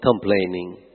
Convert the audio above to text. complaining